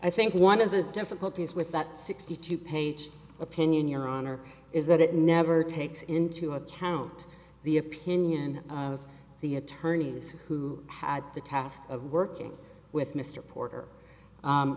i think one of the difficulties with that sixty two page opinion your honor is that it never takes into account the opinion of the attorneys who had the task of working with mr